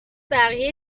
بقیه